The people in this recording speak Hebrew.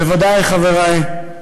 בוודאי, חברי,